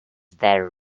their